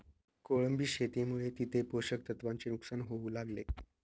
कोळंबी शेतीमुळे तिथे पोषक तत्वांचे नुकसान होऊ लागले